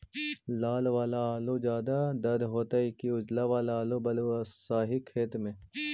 लाल वाला आलू ज्यादा दर होतै कि उजला वाला आलू बालुसाही खेत में?